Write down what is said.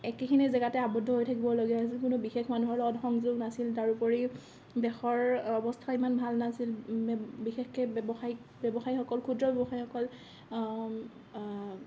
একেখিনি জেগাতে আৱদ্ধ হৈ থাকিবলগীয়া হৈছিল কোনো বিশেষ মানুহৰ লগত সংযোগ নাছিল তাৰোপৰি দেশৰ অৱস্থা ইমান ভাল নাছিল বিশেষকৈ ব্যৱসায়িক ব্যৱসায়সকল ক্ষুদ্ৰ ব্যৱসায়ীসকল